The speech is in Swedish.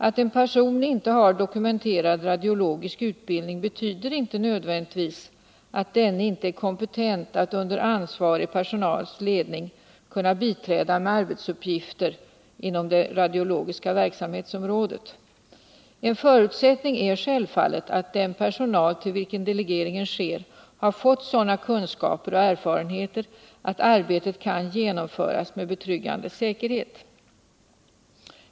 Att en person inte har dokumenterad radiologisk utbildning betyder inte nödvändigtvis att denne inte är kompetent att under ansvarig personals ledning biträda med arbetsuppgifter inom det radiologiska verksamhetsområdet. En förutsättning är självfallet att den personal till vilken delegeringen sker har fått sådana kunskaper och erfarenheter att arbetet kan genomföras med betryggande säkerhet.